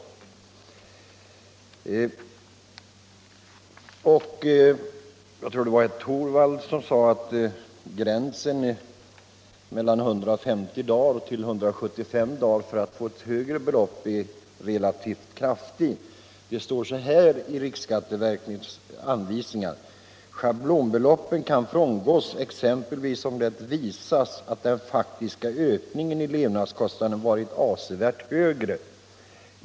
= till avdrag för ökade Jag tror att det var herr Torwald som sade att det krävs ett relativt — levnadskostnader kraftigt tilltaget antal dagar, från gränsen 150 till gränsen 175 dagar, m.m. för att det högre beloppet skall medges. Det står i riksskatteverkets anvisningar: ”Schablonbeloppet kan frångås exempelvis om det visas att den faktiska höjningen i levnadskostnaderna varit avsevärt högre.